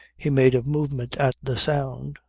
he made a movement at the sound,